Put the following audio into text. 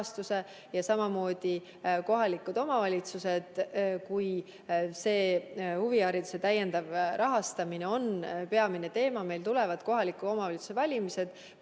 samamoodi kohalikud omavalitsused. Kui huvihariduse täiendav rahastamine on peamine teema, siis meil tulevad ju kohaliku omavalitsuse valimised,